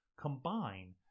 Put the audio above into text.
combine